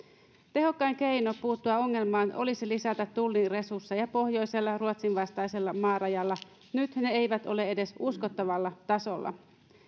tehokkain keino puuttua ongelmaan olisi lisätä tullin resursseja pohjoisella ruotsin vastaisella maarajalla nyt ne eivät ole edes uskottavalla tasolla